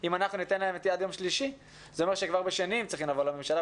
אם ניתן להם עד יום שלישי זה אומר שכבר ביום שני הם צריכים לבוא לממשלה,